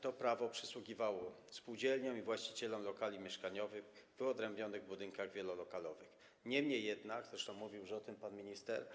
To prawo przysługiwało także spółdzielniom i właścicielom lokali mieszkaniowych wyodrębnionych w budynkach wielolokalowych, niemniej jednak, zresztą mówił już o tym pan minister,